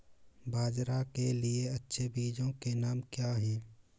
बाजरा के लिए अच्छे बीजों के नाम क्या हैं?